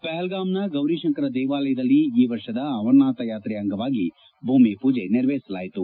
ಪಹಲ್ಲಾಂನ ಗೌರಿಶಂಕರ ದೇವಾಲಯದಲ್ಲಿ ಈ ವರ್ಷದ ಅಮರನಾಥ ಯಾತ್ರೆಯ ಅಂಗವಾಗಿ ಭೂಮಿಪೂಜೆ ನೆರವೇರಿಸಲಾಯಿತು